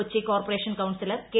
Kochi corporation councillor K